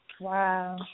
Wow